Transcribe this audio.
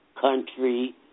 Country